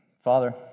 Father